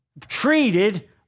treated